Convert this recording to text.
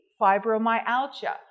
fibromyalgia